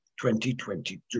2022